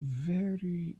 very